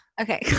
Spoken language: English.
Okay